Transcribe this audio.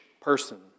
person